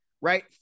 right